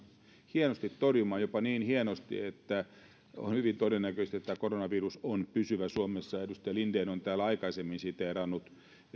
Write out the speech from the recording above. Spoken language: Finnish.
hienosti torjumaan jopa niin hienosti että on hyvin todennäköistä että koronavirus on pysyvä suomessa edustaja linden on täällä aikaisemmin siteerannut